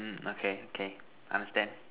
mm okay okay understand